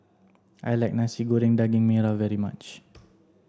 I like Nasi Goreng Daging Merah very much